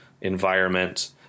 environment